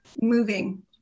moving